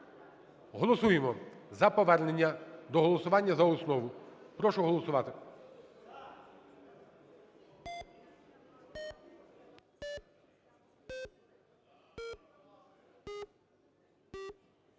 Голосуємо за повернення до голосування за основу. Прошу голосувати.